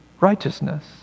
righteousness